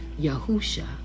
Yahusha